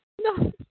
No